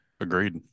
Agreed